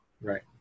Right